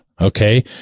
Okay